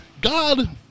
God